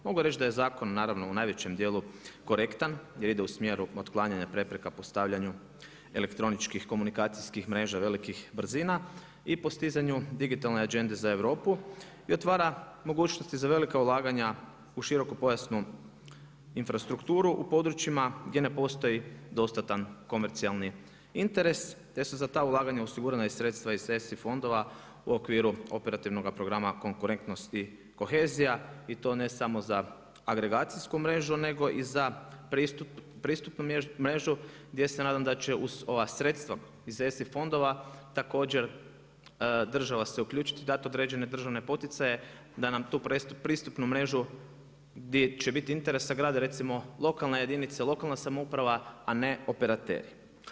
Mogu reći da je zakon naravno u najvećem dijelu korektan, jer ide u smjeru otklanjanja prepreka postavljanju elektroničkih komunikacijskih mreža velikih brzina i postizanju digitalne agende za Europu i otvara mogućnosti za velika ulaganja u široko pojasnim infrastrukturu u područjima gdje ne postoji dostatan komercijalni interes gdje su za ta ulaganja osigurana i sredstva iz ESI fondova u okviru operativnog programa konkurentnost i kohezija i to ne samo za agregacijsku mrežu nego i za pristupnu mrežu, gdje se nadam da će ova sredstava iz ESI fondova također, država se uključiti i dati određene državne poticaje, da nam tu pristupnu mrežu, gdje će biti interesa grada, recimo lokalne jedinice, lokalna samouprava, a ne operateri.